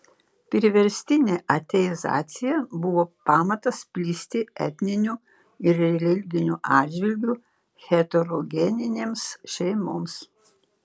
priverstinė ateizacija buvo pamatas plisti etniniu ir religiniu atžvilgiu heterogeninėms šeimoms